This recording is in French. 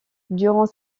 durant